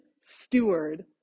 steward